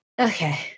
okay